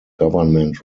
government